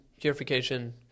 purification